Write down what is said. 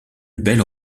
belle